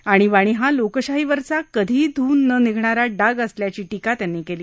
आणीबाणी हा लोकशाहीवरचा कधीही धुऊन न निघणारा डाग असल्याची टीकाही त्यांनी केली